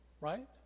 Right